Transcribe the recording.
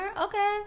Okay